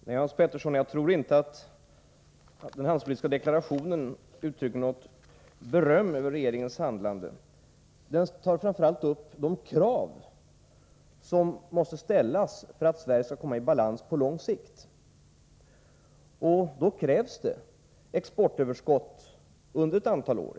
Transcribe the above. Herr talman! Nej, jag tror inte, Hans Petersson i Hallstahammar, att den handelspolitiska deklarationen uttrycker något beröm över regeringens handlande. I den tas framför allt upp de krav som måste ställas för att Sverige skall komma i balans på lång sikt, och för det krävs exportöverskott under ett antal år.